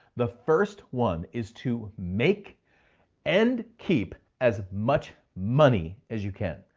the first one is to make and keep as much money as you can.